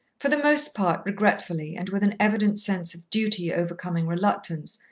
for the most part regretfully and with an evident sense of duty overcoming reluctance,